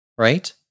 Right